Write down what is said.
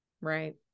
Right